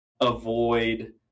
avoid